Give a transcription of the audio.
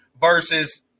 versus